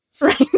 Right